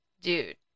Dude